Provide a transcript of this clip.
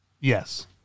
Yes